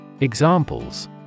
Examples